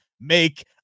make